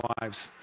lives